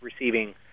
receiving